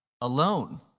alone